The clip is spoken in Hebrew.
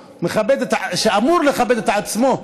שאמור לכבד את עצמו,